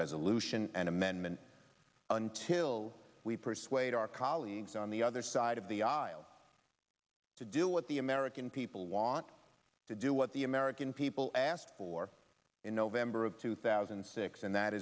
resolution and amendment until we persuade our colleagues on the other side of the aisle to do what the american people want to do what the american people asked for in november of two thousand and six and that